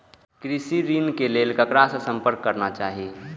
कृषि ऋण के लेल ककरा से संपर्क करना चाही?